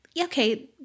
okay